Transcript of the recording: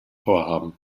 vorhaben